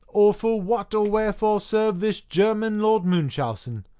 or for what or wherefore serve this german lord munchausen,